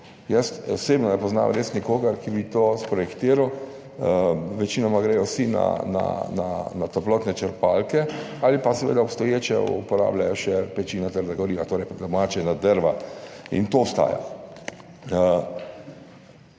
Jaz osebno res ne poznam nikogar, ki bi to sprojektiral, večinoma gredo vsi na toplotne črpalke ali pa seveda v obstoječe, torej uporabljajo še peči na trda goriva, torej po domače na drva. To ostaja.